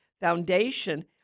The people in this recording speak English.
Foundation